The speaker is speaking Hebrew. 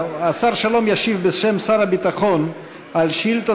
השר שלום ישיב בשם שר הביטחון על שאילתה